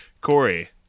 Corey